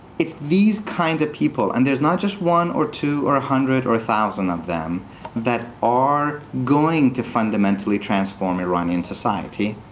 if these kinds of people and there's not just one, or two, or a hundred, or a thousand of them that are going to fundamentally transform iranian society,